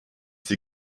sie